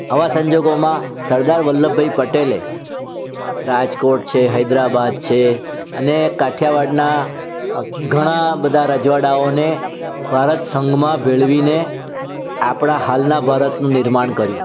આવા સંજોગોમા સરદાર વલ્લભભાઈ પટેલે રાજકોટ છે હૈદરાબાદ છે અને કાઠિયાવાડનાં ઘણાં બધા રજવાડાઓને ભારત સંઘમા ભેળવીને આપણા હાલના ભારતનું નિર્માણ કર્યું